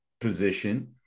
position